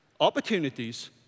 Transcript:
opportunities